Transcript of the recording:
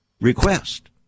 request